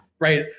right